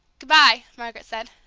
good-bye! margaret said,